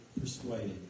persuaded